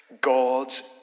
God's